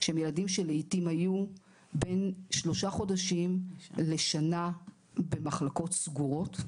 שהם ילדים שלעיתים היו בין שלושה חודשים לשנה במחלקות סגורות.